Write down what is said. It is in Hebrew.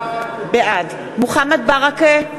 בעד מוחמד ברכה,